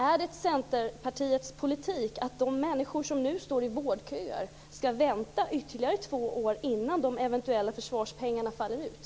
Är det Centerpartiets politik att de människor som nu står i vårdköer ska vänta ytterligare två år innan de eventuella försvarspengarna faller ut?